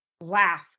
laugh